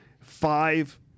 five